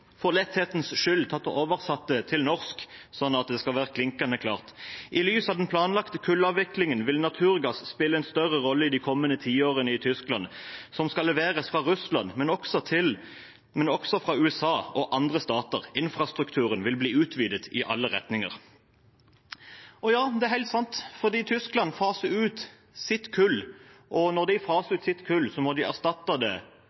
for letthetens skyld oversatt det til norsk, sånn at det skal være klinkende klart: I lys av den planlagte kullavviklingen vil naturgass spille en større rolle i de kommende tiårene i Tyskland. Den skal leveres fra Russland, men også fra USA og andre stater. Infrastrukturen vil bli utvidet i alle retninger. Ja, det er helt sant, for Tyskland faser ut sitt kull, og når de faser ut sitt kull, må de erstatte det